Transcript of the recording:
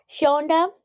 Shonda